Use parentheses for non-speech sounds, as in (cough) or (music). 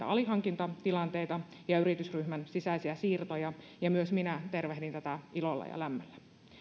(unintelligible) alihankintatilanteita ja yritysryhmän sisäisiä siirtoja myös minä tervehdin tätä ilolla ja lämmöllä